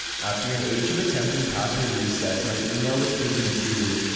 after an age of attempting password resets my email was taken too.